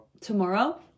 Tomorrow